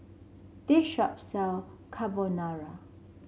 this shop sell Carbonara